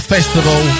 Festival